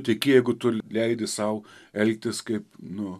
tiki jeigu tu leidi sau elgtis kaip nu